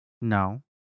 No